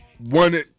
One